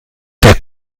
der